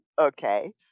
Okay